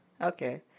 Okay